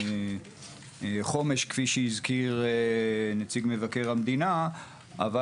כפי שהזכיר נציג מבקר המדינה הייתה תוכנית חומש,